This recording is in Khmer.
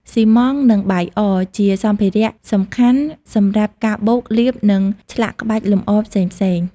ស៊ីម៉ង់ត៍ និងបាយអរ ជាសម្ភារៈសំខាន់សម្រាប់ការបូក លាប និងឆ្លាក់ក្បាច់លម្អផ្សេងៗ។